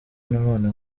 nanone